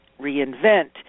reinvent